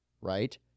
right